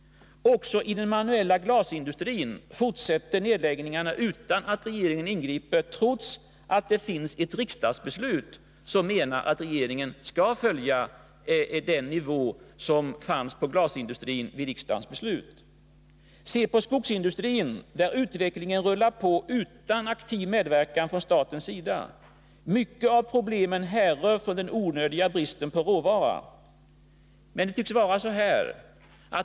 Också i den manuella glasindustrin fortsätter nedläggningarna utan att regeringen ingriper. Detta sker trots att det finns ett riksdagsbeslut som säger att regeringen skall behålla glasindustrin på den nivå som industrin låg på när riksdagsbeslutet fattades. Se på skogsindustrin, där utvecklingen rullar på utan aktiv medverkan från statens sida. Många av problemen härrör från den onödiga bristen på råvara.